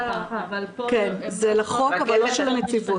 אבל לא של הנציבות.